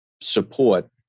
support